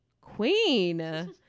queen